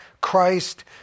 Christ